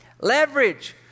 Leverage